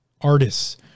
artists